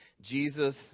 Jesus